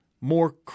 more